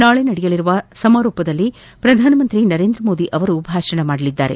ನಾಳೆ ನಡೆಯಲಿರುವ ಸಮಾರೋಪದಲ್ಲಿ ಪ್ರಧಾನಮಂತ್ರಿ ನರೇಂದ್ರಮೋದಿ ಅವರು ಭಾಷಣ ಮಾಡಲಿದ್ದಾರೆ